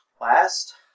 Last